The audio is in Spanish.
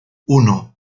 uno